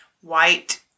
white